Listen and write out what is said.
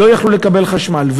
לא יכלו לקבל חשמל.